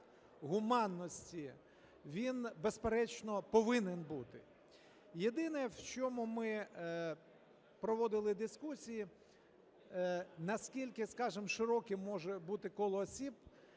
гуманності він, безперечно, повинен бути. Єдине, в чому ми проводили дискусії, наскільки, скажімо, широким може бути коло осіб,